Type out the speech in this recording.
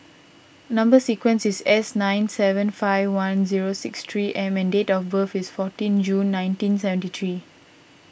Number Sequence is S nine seven five one zero six three M and date of birth is fourteen June nineteen seventy three